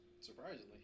Surprisingly